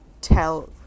tell